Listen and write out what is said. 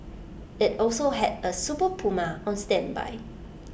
IT also had A super Puma on standby